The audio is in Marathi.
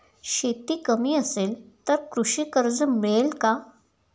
शेती कमी असेल तर कृषी कर्ज मिळेल का?